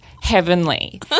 Heavenly